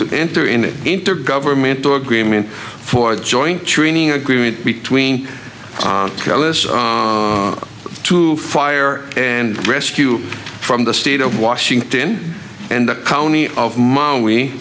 to enter in an intergovernmental agreement for a joint training agreement between on to fire and rescue from the state of washington and the county of mo